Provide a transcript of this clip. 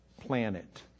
planet